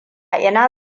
ina